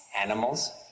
animals